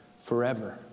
forever